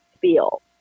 feel